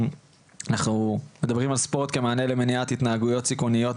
אנחנו מדברים על ספורט כמענה למניעת התנהגויות סיכוניות,